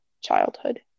childhood